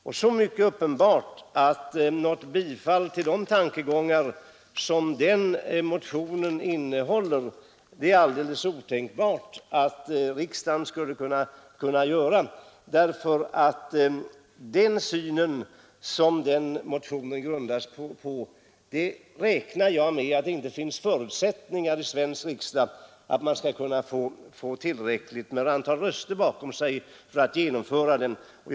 Så mycket är också uppenbart att något riksdagens bifall till tankarna i den motionen är helt otänkbart. Den syn som framkommer i den motionen räknar jag med att det inte finns förutsättningar att få tillräckligt antal röster för i Sveriges riksdag för att den skall gå igenom.